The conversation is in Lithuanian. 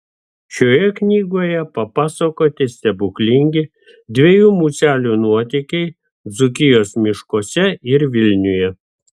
šioje knygoje papasakoti stebuklingi dviejų muselių nuotykiai dzūkijos miškuose ir vilniuje